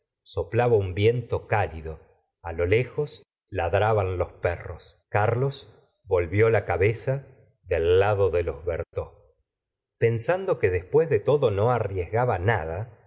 soplaba un viento cálido lo lejos ladraban los perros carlos volvió la cabeza del lado de los berteaux pensando que después de todo no arriesgaba nada